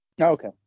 okay